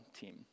team